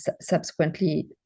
subsequently